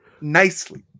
nicely